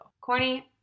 Corny